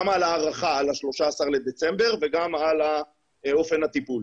גם על ההארכה ל-13 בדצמבר וגם על אופן הטיפול.